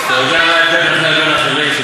אתה יודע מה ההבדל בין, לבין אחרים?